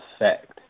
effect